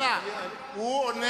הוא לא עונה